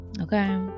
okay